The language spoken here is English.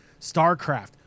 starcraft